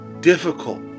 difficult